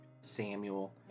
Samuel